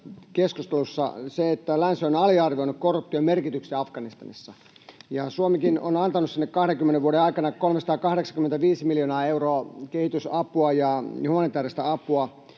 keskustelussa todettiin, että länsi on aliarvioinut korruption merkityksen Afganistanissa. Suomikin on antanut sinne 20 vuoden aikana 385 miljoonaa euroa kehitysapua ja humanitaarista apua,